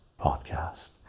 podcast